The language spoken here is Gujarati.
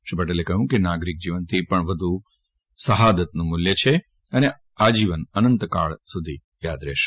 શ્રી પટેલે કહ્યું કે નાગરિક જીવનથી પણ પણ વધુ શહાદતનું મૂલ્ય છે અને આજીવન અનંતકાળ સુધી તે યાદ રહેશે